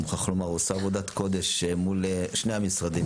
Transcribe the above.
אני מוכרח לומר, עושה עבודת קודש מול שני המשרדים.